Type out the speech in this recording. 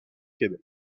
québec